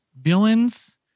villains